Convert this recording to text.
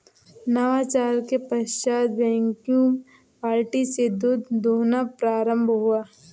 नवाचार के पश्चात वैक्यूम बाल्टी से दूध दुहना प्रारंभ हुआ